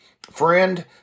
Friend